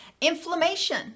inflammation